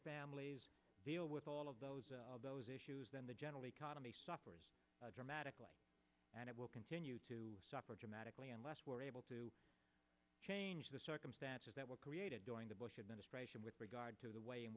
families deal with all of those those issues then the general economy suffers dramatically and it will continue to suffer dramatically unless we're able to change the circumstances that were created during the bush administration with regard to the way in